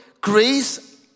grace